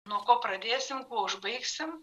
nuo ko pradėsim kuo užbaigsim